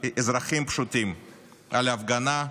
אזרחים פשוטים על הפגנה,